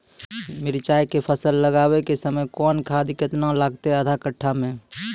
मिरचाय के फसल लगाबै के समय कौन खाद केतना लागतै आधा कट्ठा मे?